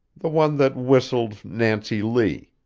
the one that whistled nancy lee.